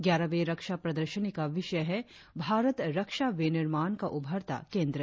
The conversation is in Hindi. ग्यारहवीं रक्षा प्रदर्शनी का विषय है भारतःरक्षा विनिर्माण का उभरता केंद्र